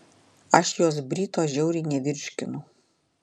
aš jos bryto žiauriai nevirškinu